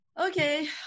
Okay